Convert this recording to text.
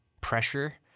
pressure